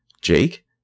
Jake